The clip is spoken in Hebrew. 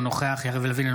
אינו נוכח יריב לוין,